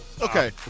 Okay